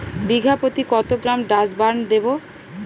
বিঘাপ্রতি কত গ্রাম ডাসবার্ন দেবো?